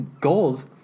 goals